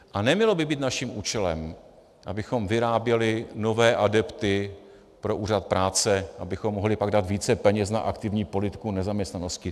A nemělo by být naším úkolem, abychom vyráběli nové adepty pro úřad práce, abychom pak mohli dát více peněz na aktivní politiku nezaměstnanosti.